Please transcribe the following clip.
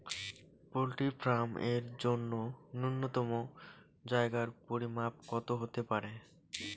Poultry farm এর জন্য নূন্যতম জায়গার পরিমাপ কত হতে পারে?